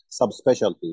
subspecialty